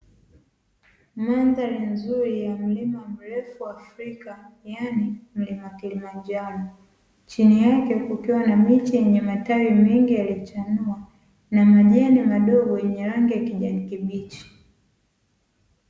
Mandhari nzuri ya mlima mrefu Afrika, yaani mlima Kilimanjaro, chini yake kukiwa na miti yenye matawi mengi yaliyochanua na majani madogo yenye rangi ya kijani kibichi.